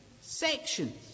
sections